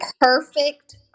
perfect